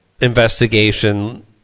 investigation